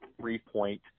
three-point